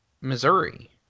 Missouri